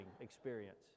experience